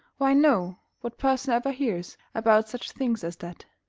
why, no. what person ever hears about such things as that?